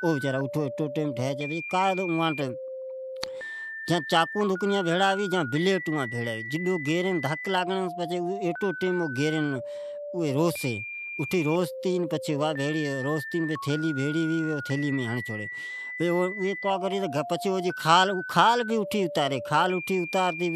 پچھے اون اچاوی ، کیسان کیسان کھفتیاٹھ چاکو یا بلیٹ بھیڑی ھوا چھی اوی کا کری تو اٹھے راسی این تھیلی مین ناکھی، این کو تو اٹھے خال تاری ،اٹھی اتارتی